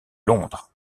londres